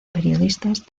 periodistas